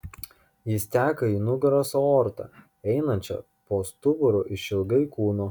jis teka į nugaros aortą einančią po stuburu išilgai kūno